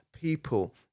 people